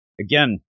again